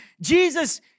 jesus